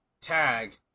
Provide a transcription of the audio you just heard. Tag